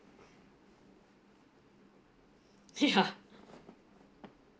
ya